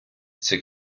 цих